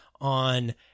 On